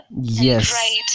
Yes